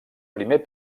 primer